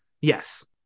Yes